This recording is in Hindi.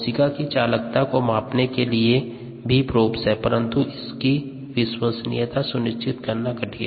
कोशिका की चालकता को मापने के लिए भी प्रोब्स है परंतु उनकी विश्वसनीयता सुनिश्चित करना कठिन है